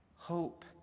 Hope